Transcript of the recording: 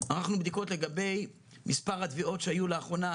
ערכנו בדיקות לגבי מספר התביעות שהיו לאחרונה,